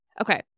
Okay